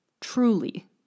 truly